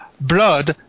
blood